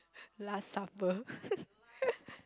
last supper